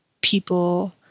people